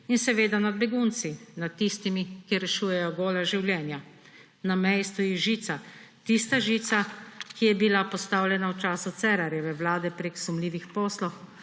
in seveda nad begunci, nad tistimi, ki rešujejo gola življenja. Na meji stoji žica, tista žica, ki je bila postavljena v času Cerarjeve vlade prek sumljivih poslov,